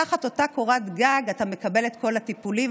תחת אותה קורת גג אתה מקבל את כל הטיפולים,